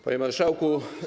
Panie Marszałku!